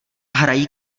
hrají